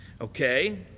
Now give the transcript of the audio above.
Okay